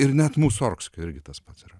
ir net musorgskio irgi tas pats yra